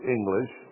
English